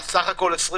אז בסך הכול 21?